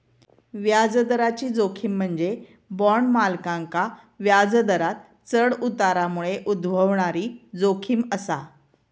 व्याजदराची जोखीम म्हणजे बॉण्ड मालकांका व्याजदरांत चढ उतारामुळे उद्भवणारी जोखीम असा